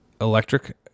electric